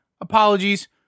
apologies